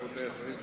רבותי השרים,